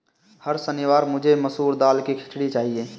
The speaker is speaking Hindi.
हर शनिवार मुझे मसूर दाल की खिचड़ी चाहिए